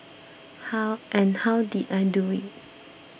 how and how did I do it